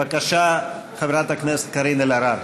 בבקשה, חברת הכנסת קארין אלהרר.